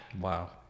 Wow